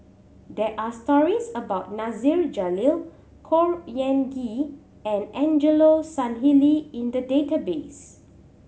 there are stories about Nasir Jalil Khor Ean Ghee and Angelo Sanelli in the database